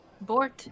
board